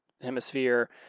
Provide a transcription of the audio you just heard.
Hemisphere